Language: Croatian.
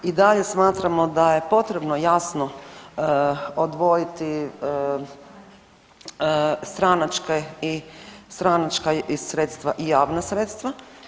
I dalje smatramo da je potrebno jasno odvojiti stranačke, stranačka sredstva i javna sredstva.